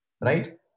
right